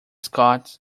scott